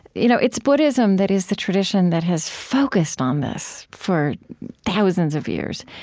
you know it's buddhism that is the tradition that has focused on this for thousands of years.